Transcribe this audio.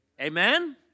Amen